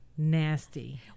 Nasty